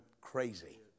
crazy